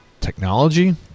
Technology